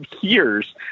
years